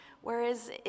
Whereas